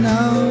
Now